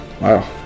Wow